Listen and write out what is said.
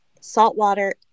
saltwater